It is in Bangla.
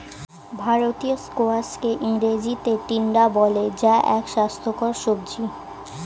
ভারতীয় স্কোয়াশকে ইংরেজিতে টিন্ডা বলে যা এক স্বাস্থ্যকর সবজি